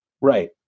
Right